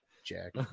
Jack